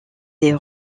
des